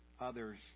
others